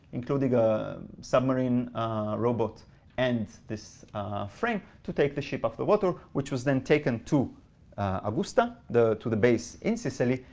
including a submarine robot and this frame to take the ship off the water, which was then taken to augusta, to the base in sicily,